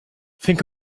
think